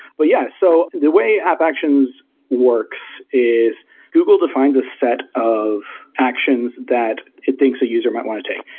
but yeah. so the way app actions works is google defines a set of actions that it thinks a user might want to take.